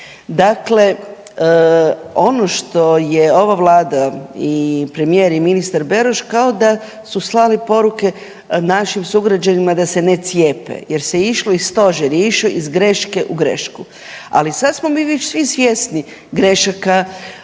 Dakle, ono što je ova vlada i premijer i ministar Beroš kao da su slali poruke našim sugrađanima da se ne cijepe jer se išlo i stožer je išao iz greške u grešku. Ali sad smo mi svi svjesni grešaka,